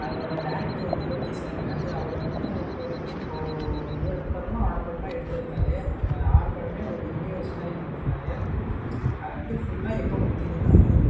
அதோட டேரெக்ட்ரு வந்து லோகேஷ் கனகராஜ் அவர் வந்து இப்போ இப்போது ஏழு படமோ ஆறு படமோ எடுத்திருக்காரு அந்த ஆறு படமுமே ஒரு யுனிவர்ஸ் மாதிரி நடத்துறார் அது வந்து ஃபுல்லாக எப்போ முடியுதுன்னா